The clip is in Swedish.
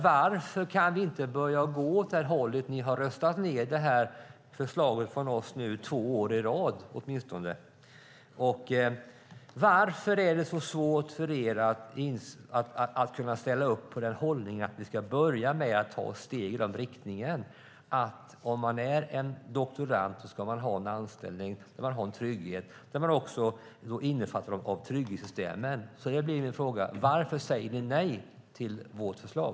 Varför kan vi inte börja gå åt det hållet? Ni har röstat ned det här förslaget från oss åtminstone två år i rad. Varför är det så svårt för er att ställa upp på att vi ska börja ta steg i den riktningen? Om man är doktorand ska man ha en anställning. Man ska ha trygghet och omfattas av trygghetssystemen. Varför säger ni nej till vårt förslag?